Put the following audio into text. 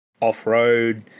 off-road